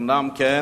אומנם כן,